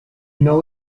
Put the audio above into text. know